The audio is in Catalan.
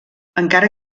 encara